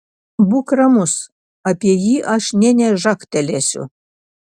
būk ramus apie jį aš nė nežagtelėsiu